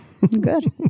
Good